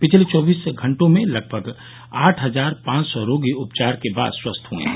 पिछले चौबीस घंटों में लगभग आठ हजार पांच सौ रोगी उपचार के बाद स्वस्थ हए हैं